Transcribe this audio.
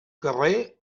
carrer